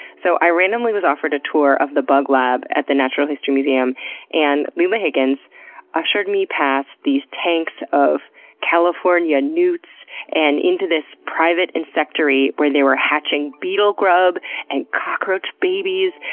so, i randomly was offered a tour of the bug lab at the natural history museum and lila higgins ushered me past these tanks of california newts and into this private insectary where they were hatching beetle grub and cockroach babies.